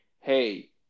hey